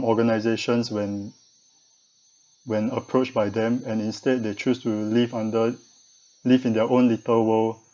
organisations when when approached by them and instead they choose to live under live in their own little world